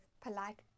polite